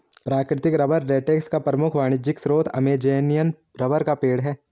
प्राकृतिक rubber latex का प्रमुख वाणिज्यिक स्रोत अमेज़ॅनियन रबर का पेड़ है